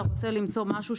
בוקר טוב, אני פותח את הישיבה.